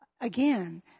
again